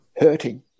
hurting